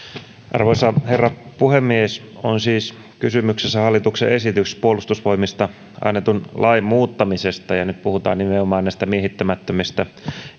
arvoisa herra puhemies on siis kysymyksessä hallituksen esitys puolustusvoimista annetun lain muuttamisesta ja nyt puhutaan nimenomaan näistä miehittämättömistä